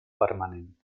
permanent